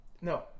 No